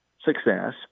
success